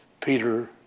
Peter